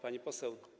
Pani Poseł!